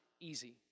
easy